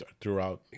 Throughout